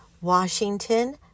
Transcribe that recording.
Washington